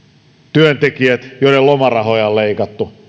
työntekijät joiden lomarahoja on leikattu